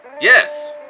Yes